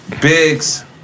Biggs